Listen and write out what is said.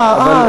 אה,